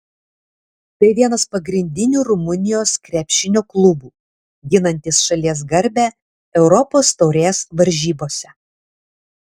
tai vienas pagrindinių rumunijos krepšinio klubų ginantis šalies garbę europos taurės varžybose